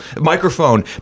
microphone